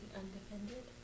undefended